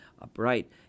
Upright